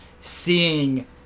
seeing